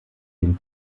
den